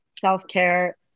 self-care